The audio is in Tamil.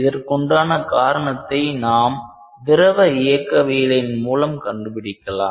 இதற்குண்டான காரணத்தை நாம் திரவ இயக்கவியலின் மூலம் கண்டுபிடிக்கலாம்